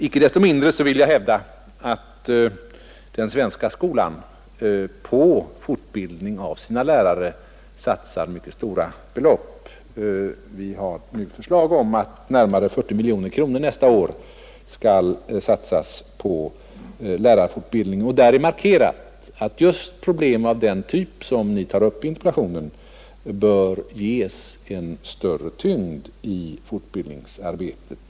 Icke desto mindre vill jag hävda att den svenska skolan på fortbildning av sina lärare satsar mycket stora belopp. Vi har nu förslag om att närmare 40 miljoner kronor nästa år skall satsas på lärares fortbildning och har därvid markerat att just problem av den typ som fru Åsbrink tar upp i interpellationen bör ges en större tyngd i fortbildningsarbetet.